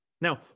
Now